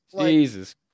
Jesus